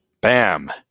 Bam